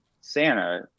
Santa